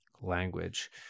language